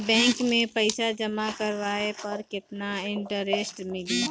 Bank में पईसा जमा करवाये पर केतना इन्टरेस्ट मिली?